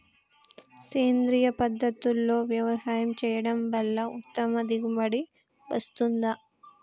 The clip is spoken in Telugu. సేంద్రీయ పద్ధతుల్లో వ్యవసాయం చేయడం వల్ల ఉత్తమ దిగుబడి వస్తుందా?